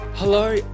Hello